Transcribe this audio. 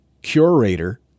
curator